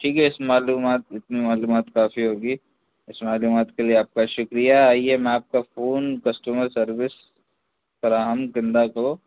ٹھیک ہے اِس معلومات اتنی معلومات کافی ہوگی اِس معلومات کے لیے آپ کا شُکریہ آئیے میں آپ کا فون کسٹمر سروس فراہم کُندہ کو